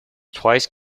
twice